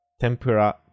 Tempura